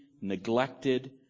neglected